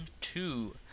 two